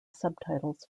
subtitles